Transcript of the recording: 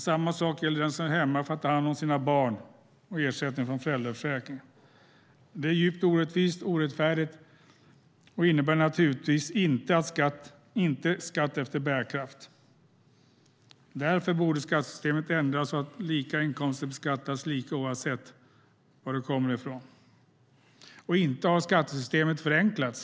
Samma sak gäller den som är hemma för att ta hand om sina barn och har ersättning från föräldraförsäkringen. Detta är djupt orättvist, orättfärdigt och innebär naturligtvis inte att skatt tas ut efter bärkraft. Därför borde skattesystemet ändras så att lika inkomster beskattas lika oavsett var inkomsterna kommer från. Och inte har skattesystemet förenklats.